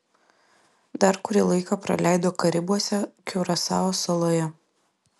dar kurį laiką praleido karibuose kiurasao saloje